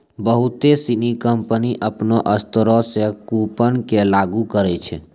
बहुते सिनी कंपनी अपनो स्तरो से कूपन के लागू करै छै